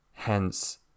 hence